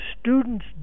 students